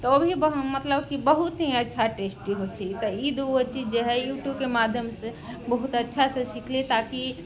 तऽ ओ भी मतलब कि बहुत ही अच्छा टेस्टी होइ छै तऽ ई दूगो चीज जे हय यूट्यूबके माध्यमसँ बहुत अच्छासँ सिखली ताकि